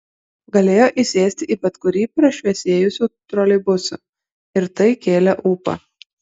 galėjo įsėsti į bet kurį prašviesėjusių troleibusų ir tai kėlė ūpą